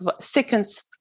seconds